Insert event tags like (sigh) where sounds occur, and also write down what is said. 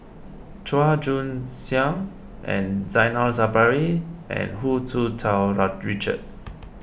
Chua Joon Siang and Zainal Sapari and Hu Tsu Tau (unintelligible) Richard